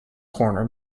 corner